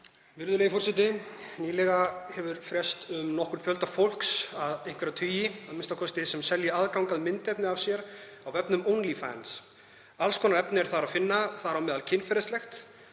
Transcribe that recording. Virðulegur forseti. Nýlega hefur frést um nokkurn fjölda fólks, einhverja tugi a.m.k., sem selur aðgang að myndefni af sér á vefnum Onlyfans. Alls konar efni er þar að finna, þar á meðal kynferðislegt.